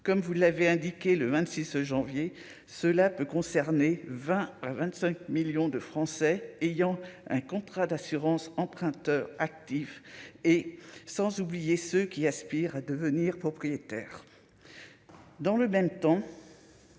comme vous l'avez indiqué, le 26 janvier cela peut concerner 20 à 25 millions de Français ayant un contrat d'assurance emprunteur actif et sans oublier ceux qui aspirent à devenir propriétaires dans le même temps,